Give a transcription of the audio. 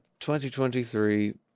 2023